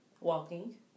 Walking